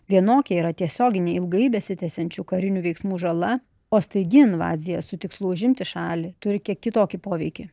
vienokia yra tiesioginė ilgai besitęsiančių karinių veiksmų žala o staigi invazija su tikslu užimti šalį turi kiek kitokį poveikį